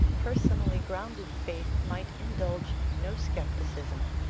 personally grounded faith might indulge no scepticism,